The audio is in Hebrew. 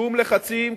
שום לחצים.